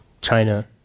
China